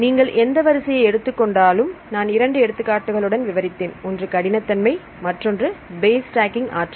நீங்கள் எந்த வரிசையை எடுத்துக்கொண்டாலும் நான் இரண்டு எடுத்துக்காட்டுகளுடன் விவரித்தேன் ஒன்று கடினத்தன்மை மற்றொன்று பேஸ் ஸ்டாக்கிங் ஆற்றல்